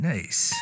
Nice